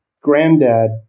granddad